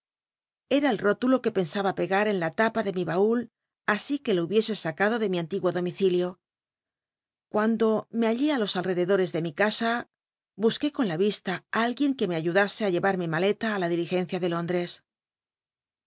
era el rótulo que pensaba pegar en la tapa de mi baul así que lo hubiese sacado de mi antiguo domicilio cuando me hallé ti los alrededores de mi casa busqué con la vista algu ien que me ayudase á lle at mi maleta á la diligencia de lónures